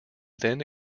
then